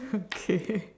okay